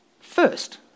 first